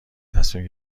تصمیم